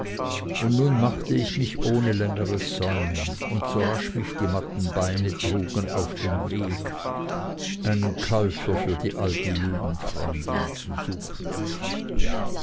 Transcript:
und nun machte ich mich ohne längeres säumen und so rasch mich die matten beine trugen auf den weg einen käufer für die alte jugendfreundin zu suchen